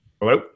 Hello